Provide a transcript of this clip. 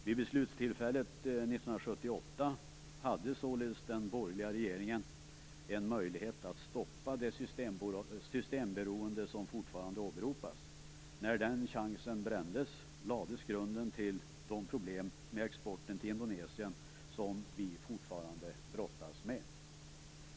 Vid beslutstillfället 1978 hade således den borgerliga regeringen en möjlighet att stoppa det systemberoende som fortfarande åberopas. När den chansen brändes lades grunden till de problem med exporten till Indonesien som vi fortfarande brottas med.